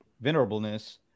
venerableness